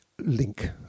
link